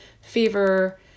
fever